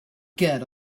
get